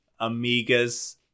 Amigas